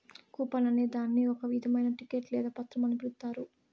coupon అనే దాన్ని ఒక ఇధమైన టికెట్ లేదా పత్రం అని పిలుత్తారు